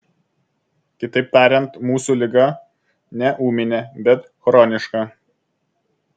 kitaip tariant mūsų liga ne ūminė bet chroniška